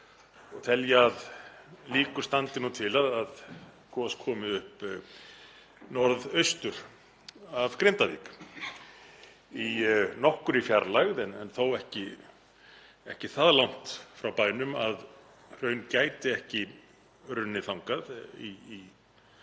telja að líkur standi til að gos komi upp norðaustur af Grindavík, í nokkurri fjarlægð en þó ekki það langt frá bænum að hraun gæti ekki runnið þangað í stærra